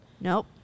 nope